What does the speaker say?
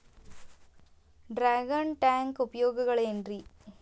Dragon tank ಉಪಯೋಗಗಳೆನ್ರಿ?